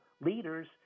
leaders